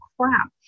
crap